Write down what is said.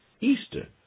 Easter